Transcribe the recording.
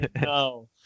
no